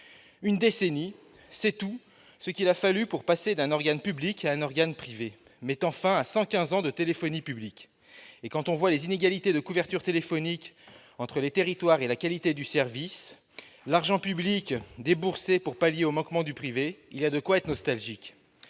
Une décennie, c'est tout ce qu'il a fallu pour passer d'un organe public à un organe privé, mettant fin à cent quinze ans de téléphonie publique. Et quand on voit les inégalités de couverture téléphonique entre les territoires et la qualité du service, l'argent public déboursé pour pallier les manquements du privé, il y a de quoi être nostalgique